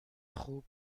خوب